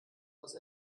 aus